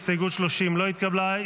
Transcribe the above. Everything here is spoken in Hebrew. הסתייגות 30 לא התקבלה.